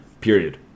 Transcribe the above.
period